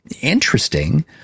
interesting